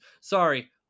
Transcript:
Sorry